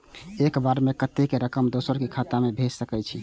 एक बार में कतेक रकम दोसर के खाता में भेज सकेछी?